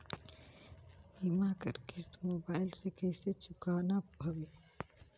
बीमा कर किस्त मोबाइल से कइसे चुकाना हवे